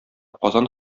казан